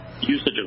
usage